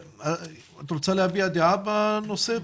את רוצה להביע דעה בנושא?